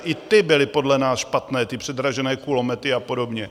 I ty byly podle nás špatné, předražené kulomety a podobně.